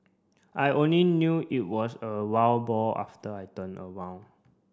I only knew it was a wild boar after I turned around